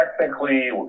Technically